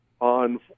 on